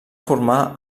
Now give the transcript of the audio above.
formar